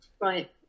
Right